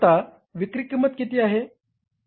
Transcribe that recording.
आता विक्री किंमत किती आहे